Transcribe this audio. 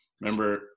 remember